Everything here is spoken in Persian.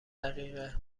دقیقه